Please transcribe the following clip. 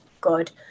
good